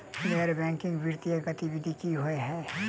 गैर बैंकिंग वित्तीय गतिविधि की होइ है?